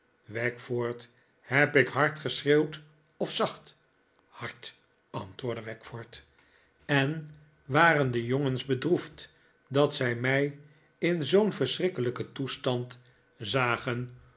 wackford heb ik hard geschreeuwd of zacht hard antwoordde wackford en waren de jongens bedroefd dat zij mij in zoo'n verschrikkelijken toestand zagen